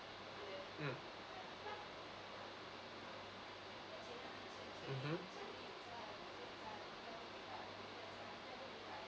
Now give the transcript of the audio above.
mm mmhmm